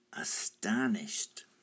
astonished